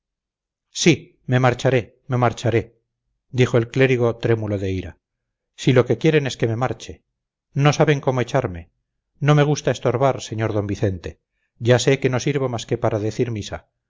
sí me marcharé me marcharé dijo el clérigo trémulo de ira si lo que quieren es que me marche no saben cómo echarme no me gusta estorbar sr d vicente ya sé que no sirvo más que para decir misa